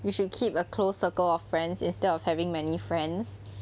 you should keep a close circle of friends instead of having many friends